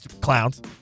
clowns